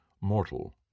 mortal